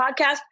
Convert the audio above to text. podcast